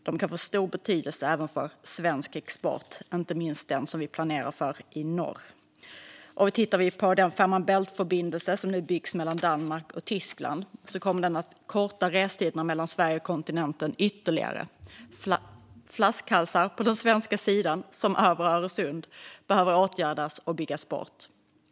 De kan få stor betydelse även för svensk export, inte minst den som vi planerar för i norr. Och tittar vi på den Fehmarn Bält-förbindelse som nu byggs mellan Danmark och Tyskland kommer den att korta restiderna mellan Sverige och kontinenten ytterligare. Flaskhalsar på den svenska sidan, som över Öresund, behöver åtgärdas och byggas bort.